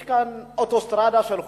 יש כאן אוטוסטרדה של חוקים,